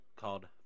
called